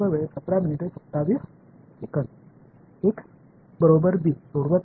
Student மாணவர் a x ஐ தீர்ப்பது b க்கு சமம்